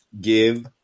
give